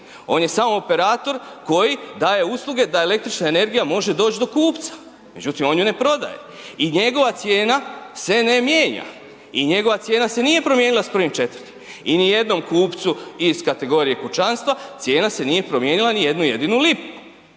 on je samo operator koji daje usluge da električna energija može doć do kupca, međutim, on ju ne prodaje i njegova cijena se ne mijenja i njegova cijena se nije promijenila s 1.4. i nijednom kupcu iz kategorije kućanstva cijena se nije promijenila ni jednu jedinu lipu